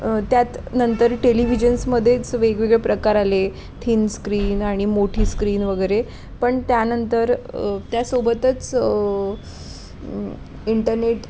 त्यात नंतर टेलिव्हिजन्समध्येच वेगवेगळे प्रकार आले थिन स्क्रीन आणि मोठी स्क्रीन वगैरे पण त्यानंतर त्यासोबतच इंटनेट